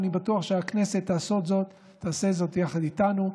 ואני בטוח שהכנסת תעשה זאת יחד איתנו,